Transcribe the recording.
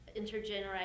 intergenerational